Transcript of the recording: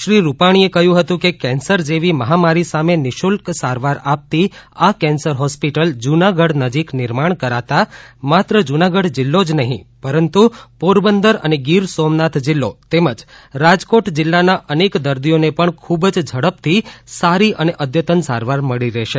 શ્રી રૂપાણીએ કહ્યું હતું કે કેન્સર જેવી મહામારી સામે નિશુલ્ક સારવાર આપતી આ કેન્સર હોસ્પિટલ જુનાગઢ નજીક નિર્માણ કરાતા માત્ર જુનાગઢ જિલ્લો નહીં પરંતુ પોરબંદર અને ગીર સોમનાથ જિલ્લો તેમજ રાજકોટ જિલ્લાના અનેક દર્દીઓને પણ ખૂબ જ ઝડપથી સારી અને અદ્યતન સારવાર મળી રહેશે